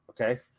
Okay